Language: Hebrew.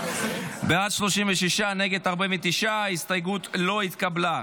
36, נגד, 49. ההסתייגות לא התקבלה.